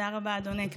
תודה רבה, אדוני.